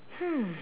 hmm